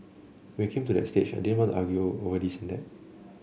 when we came to that stage they didn't want to argue over this and that